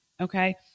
Okay